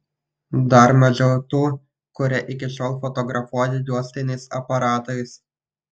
dar mažiau tų kurie iki šiol fotografuoja juostiniais aparatais